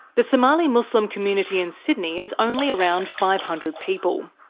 the somali muslim community in sydney is only around five hundred people.